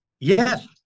Yes